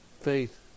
faith